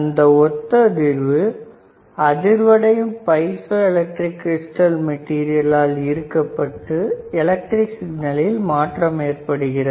அந்த ஒத்தஅதிர்வு அதிர்வு அடையும் பைசோ எலக்ட்ரிக் கிரிஸ்டல் மெட்டீரியலால் ஈர்க்கப்பட்டு எலக்ட்ரிக் சிக்னலில் மாற்றம் ஏற்படுகிறது